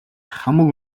хамаг